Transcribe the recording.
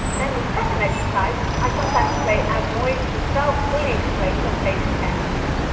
then the second exercise, i sometimes play as moyse himself fully explains on page ten